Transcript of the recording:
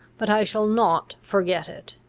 but, i shall not forget it.